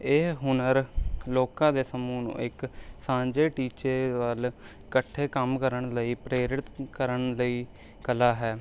ਇਹ ਹੁਨਰ ਲੋਕਾਂ ਦੇ ਸਮੂਹ ਨੂੰ ਇੱਕ ਸਾਂਝੇ ਟੀਚੇ ਵੱਲ ਇਕੱਠੇ ਕੰਮ ਕਰਨ ਲਈ ਪ੍ਰੇਰਿਤ ਕਰਨ ਲਈ ਕਲਾ ਹੈ